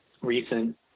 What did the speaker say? recent